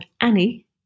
Annie